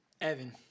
Evan